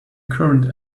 current